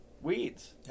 weeds